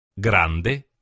Grande